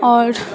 आओर